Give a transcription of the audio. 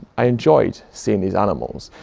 i enjoyed seeing these animals.